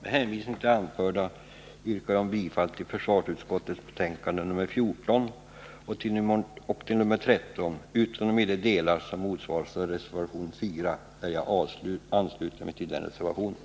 Med hänvisning till det anförda yrkar jag bifall till försvarsutskottets hemställan i betänkandena 13 och 14, utom i de delar som motsvaras av reservation 4 vid betänkande 13. där jag ansluter mig till reservationen.